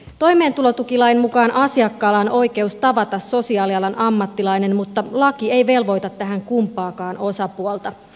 toimeentulotukilain mukaan asiakkaalla on oikeus tavata sosiaalialan ammattilainen mutta laki ei velvoita tähän kumpaakaan osapuolta